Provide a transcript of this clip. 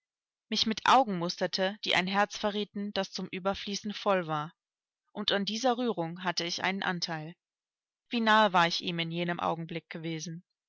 mich mit augen musterte die ein herz verrieten das zum überfließen voll war und an dieser rührung hatte ich einen anteil wie nahe war ich ihm in jenem augenblick gewesen